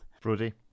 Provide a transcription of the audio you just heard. Brody